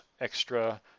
Extra